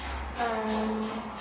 um